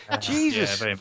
Jesus